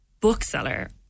bookseller